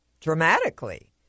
dramatically